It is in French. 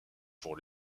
pour